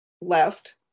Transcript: left